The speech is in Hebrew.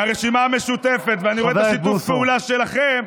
מהרשימה המשותפת, ואני רואה את שיתוף הפעולה שלכם,